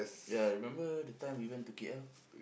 ya remember the time we went to K_L